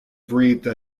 breathed